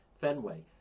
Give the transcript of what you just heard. Fenway